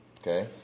Okay